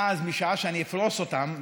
משעה שאני אפרוס אותם,